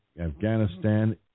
Afghanistan